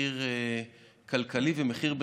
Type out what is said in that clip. מחיר כלכלי ומחיר בחיים,